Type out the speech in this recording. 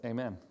Amen